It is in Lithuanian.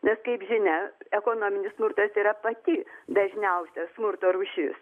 nes kaip žinia ekonominis smurtas yra pati dažniausia smurto rūšis